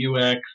ux